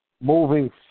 moving